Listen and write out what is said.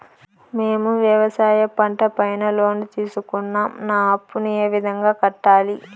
మేము వ్యవసాయ పంట పైన లోను తీసుకున్నాం నా అప్పును ఏ విధంగా కట్టాలి